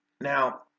Now